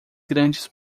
grandes